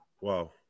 Wow